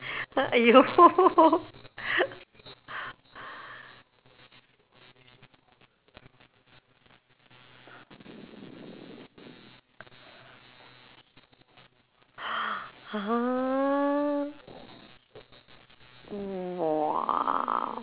!aiyo! !huh! !wah!